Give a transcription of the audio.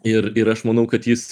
ir ir aš manau kad jis